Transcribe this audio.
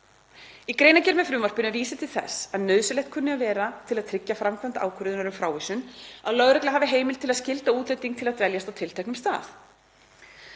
Í greinargerð með frumvarpinu er vísað til þess að nauðsynlegt kunni að vera til að tryggja framkvæmd ákvörðunar um frávísun að lögregla hafi heimild til að skylda útlending til að dveljast á tilteknum stað.